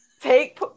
take